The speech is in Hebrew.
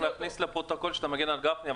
צריך להכניס לפרוטוקול שאתה מגן על גפני.